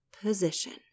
position